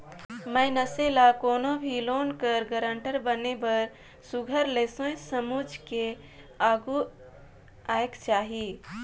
मइनसे ल कोनो भी लोन कर गारंटर बने बर सुग्घर ले सोंएच समुझ के आघु आएक चाही